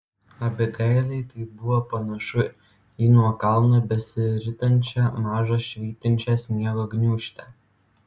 abigailei tai buvo panašu į nuo kalno besiritančią mažą švytinčią sniego gniūžtę